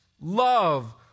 love